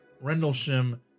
Rendlesham